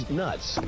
nuts